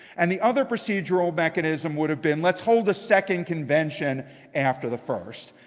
and the other procedural mechanism would have been let's hold a second convention after the first.